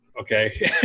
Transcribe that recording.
Okay